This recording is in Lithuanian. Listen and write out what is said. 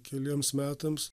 keliems metams